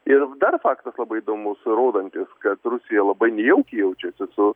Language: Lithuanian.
ir dar faktas labai įdomus rodantis kad rusija labai nejaukiai jaučiasi su